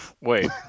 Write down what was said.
Wait